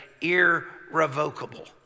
irrevocable